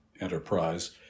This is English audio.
enterprise